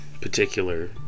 particular